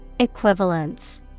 Equivalence